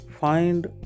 find